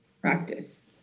practice